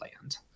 land